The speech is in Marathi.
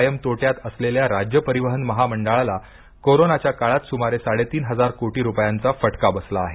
कायम तोट्यात असलेल्या राज्य परिवहन महामंडळाला कोरोनाच्या काळात सुमारे साडेतीन हजार कोटी रुपयांचा फटका बसला आहे